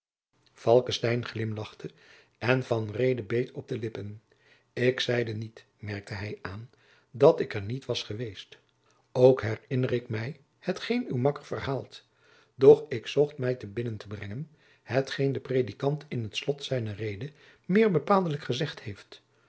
en van reede beet op de lippen ik zeide niet merkte hij aan dat ik er niet was geweest ook herinner ik mij hetgeen uw makker verhaalt doch ik zocht mij te binnen te brengen hetgeen de predikant in het slot zijner rede meer bepaaldelijk gezegd heeft